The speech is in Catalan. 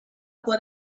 por